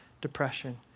depression